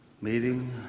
meeting